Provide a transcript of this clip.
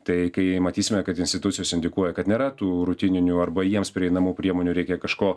tai kai matysime kad institucijos indikuoja kad nėra tų rutininių arba jiems prieinamų priemonių reikia kažko